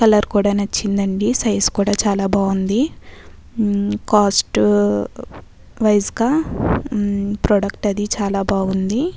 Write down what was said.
colour కూడా నచ్చిందండి size కూడా చాలా బాగుంది కాస్ట్ వైజ్గా ప్రోడక్ట్ అది చాలా బాగుంది